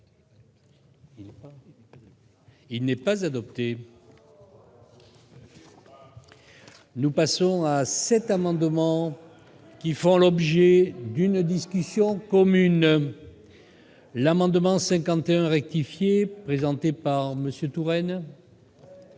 Il n'est pas adoptée. Nous passons à cet amendement qui font l'objet d'une discussion commune : l'amendement 51 rectifié présenté par Monsieur Touraine.